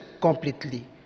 completely